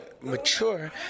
mature